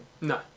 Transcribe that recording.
No